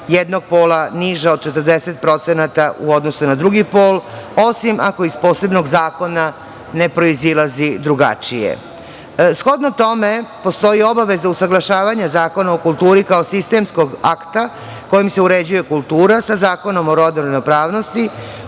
jednog pola niža od 40% u odnosu na drugi pol, osim ako iz posebnog zakona ne proizilazi drugačije. Shodno tome, postoji obaveza usaglašavanja Zakona o kulturi, kao sistemskom akta, kojim se uređuje kultura, sa Zakonom o rodnoj ravnopravnosti